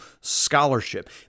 scholarship